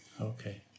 Okay